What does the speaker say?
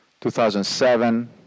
2007